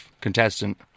contestant